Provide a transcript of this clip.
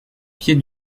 pied